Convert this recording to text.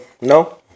no